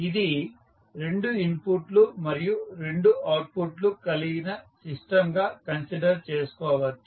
ఇది రెండు ఇన్పుట్లు మరియు రెండు అవుట్పుట్లు కలిగిన సిస్టంగా కన్సిడర్ చేసుకోవచ్చు